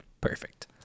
perfect